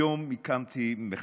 היום הקמתי מחדש,